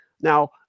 Now